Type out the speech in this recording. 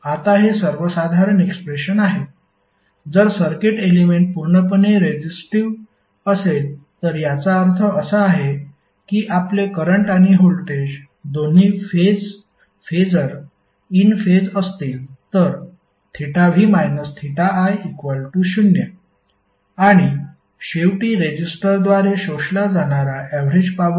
आता हे सर्वसाधारण एक्सप्रेशन आहे जर सर्किट एलेमेंट पूर्णपणे रेजिस्टिव्ह असेल तर याचा अर्थ असा आहे की आपले करंट आणि व्होल्टेज दोन्ही फेसर इन फेज असतील तर v i0 आणि शेवटी रेजिस्टरद्वारे शोषला जाणारा ऍवरेज पॉवर असेल